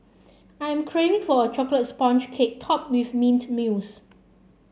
I'm craving for a chocolate sponge cake topped with mint mousse